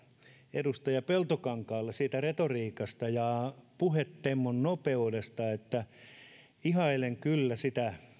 edustaja peltokankaalle siitä retoriikasta ja puhetemmon nopeudesta ihailen kyllä sitä